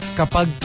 kapag